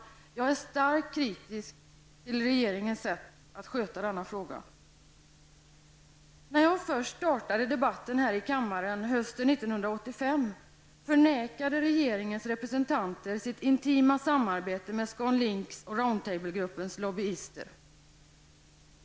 Jag är starkt kritisk till regeringens sätt att sköta denna fråga. När jag först startade debatten här i kammaren hösten 1985 förnekade regeringens representanter sitt intima samarbete med Scan Links och Round Table-gruppens lobbyister.